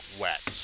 wet